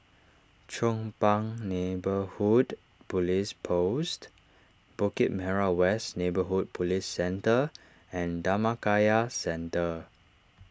Chong Pang Neighbourhood Police Post Bukit Merah West Neighbourhood Police Centre and Dhammakaya Centre